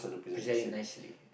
present it nicely